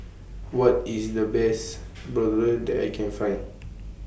What IS The Best Bratwurst that I Can Find